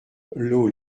lot